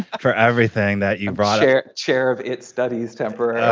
for everything that you've brought here. chair of its studies temper